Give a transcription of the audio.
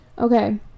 Okay